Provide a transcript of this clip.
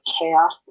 chaos